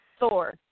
Thor